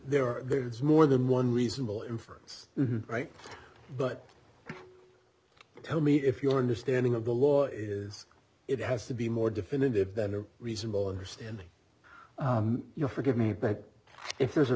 are there's more than one reasonable inference right but tell me if your understanding of the law is it has to be more definitive than a reasonable understanding you know forgive me but if there's a